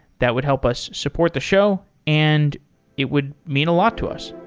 that would help us support the show and it would mean a lot to us.